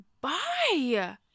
Bye